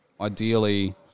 ideally